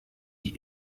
die